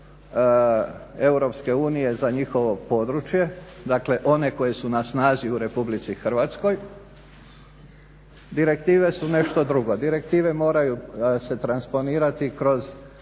za njihovo područje. Dakle, one koje su na snazi u RH. Direktive su nešto drugo. Direktive moraju se transponirati kroz